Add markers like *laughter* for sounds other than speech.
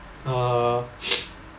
uh *noise*